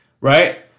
right